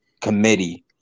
committee